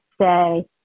say